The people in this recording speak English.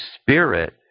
Spirit